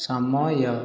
ସମୟ